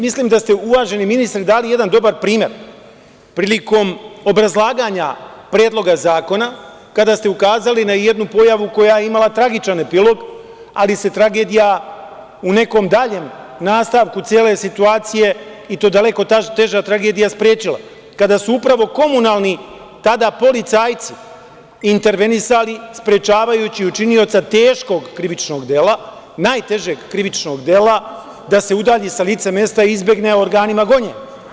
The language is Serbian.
Mislim da ste, uvaženi ministre, dali jedan dobar primer prilikom obrazlaganja Predloga zakona, kada ste ukazali na jednu pojavu koja je imala tragičan epilog, ali se tragedija u nekom daljem nastavku cele situacije, i to daleko teža tragedija, sprečila kada su upravo komunalni policajci intervenisali, sprečavajući učinioca teškog krivičnog dela, najtežeg krivičnog dela da se udalji sa lica mesta i izbegne organima gonjenja.